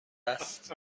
است